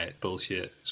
bullshit